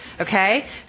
Okay